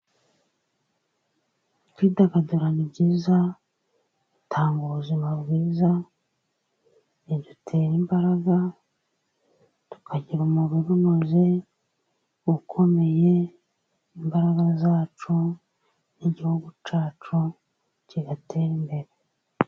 Kwidagadura ni byiza bitanga ubuzima bwiza bidutera imbaraga tukagira umubiri unoze, ukomeye imbaraga zacu n'igihugu cyacu kigatera imbere.